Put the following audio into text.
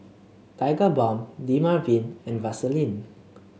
where is Vaselink